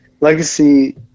Legacy